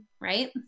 right